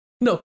No